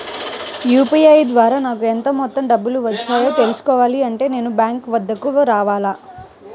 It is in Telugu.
యూ.పీ.ఐ ద్వారా నాకు ఎంత మొత్తం డబ్బులు వచ్చాయో తెలుసుకోవాలి అంటే నేను బ్యాంక్ వద్దకు రావాలా?